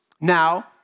now